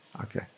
Okay